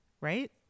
right